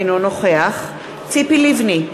אינו נוכח ציפי לבני,